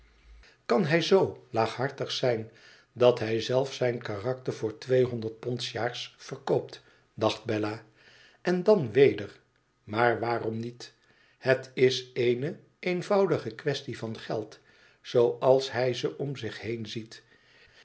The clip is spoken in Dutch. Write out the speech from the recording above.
kan hij zoo laaghartig zijn dat hij zelzijn karakter voor tweehonderd pond s jaar verkoopt dacht bella n dan weder maar waarom niet het is eene eenvoudige quaestie van geld zooals hij ze om zich heen ziet